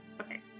Okay